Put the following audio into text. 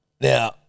now